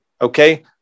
Okay